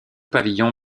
pavillon